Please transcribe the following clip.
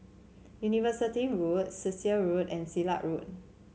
University Road Cecil Road and Silat Road